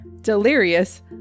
Delirious